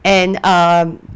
and um